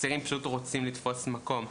צעירים פשוט רוצים לתפוס מקום.